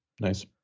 Nice